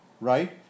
right